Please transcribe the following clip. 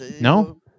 No